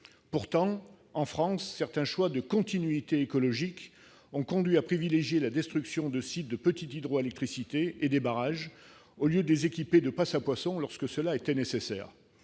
Pourtant, en France, certains choix de continuité écologique ont conduit à privilégier la destruction de sites de petite hydroélectricité et de barrages, au lieu de les équiper de passes à poissons, quand cela est nécessaire.,